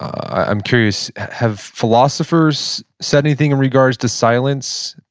i'm curious, have philosophers said anything in regards to silence?